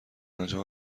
آنجا